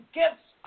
gifts